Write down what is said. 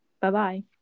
Bye-bye